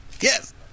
Yes